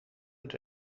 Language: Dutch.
het